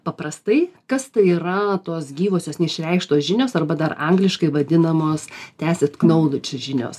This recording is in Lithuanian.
paprastai kas tai yra tos gyvosios neišreikštos žinios arba dar angliškai vadinamos tesit knaudučių žinios